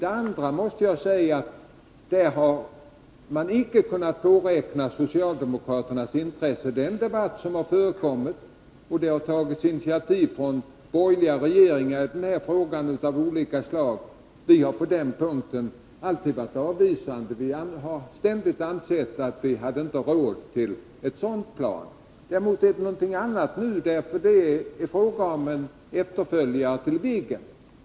Tidigare har man icke kunnat påräkna socialdemokraternas intresse. När det gäller den debatt som har förekommit och de initiativ av olika slag som har tagits av borgerliga regeringar har vi alltid varit avvisande. Vi har ständigt ansett att vi inte har råd med ett sådant plan. Däremot är det någonting annat nu, när det gäller en efterföljare till Viggen.